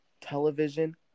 television